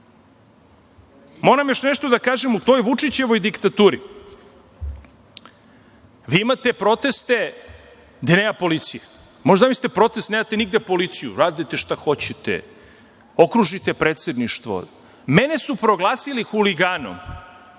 uđu. Moram još nešto da kažem. U toj Vučićevoj diktaturi vi imate proteste gde nema policije. Možete da zamislite protest, nemate nigde policije, radite šta hoćete, okružite predsedništvo. Mene su proglasili huliganom